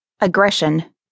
aggression